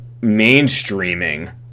mainstreaming